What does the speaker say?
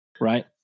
right